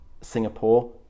Singapore